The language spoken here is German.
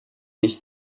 nicht